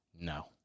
No